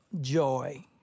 joy